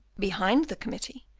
behind the committee,